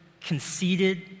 conceited